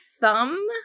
thumb